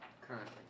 Currently